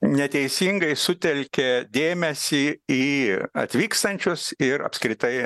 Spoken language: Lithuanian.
neteisingai sutelkia dėmesį į atvykstančius ir apskritai